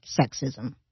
sexism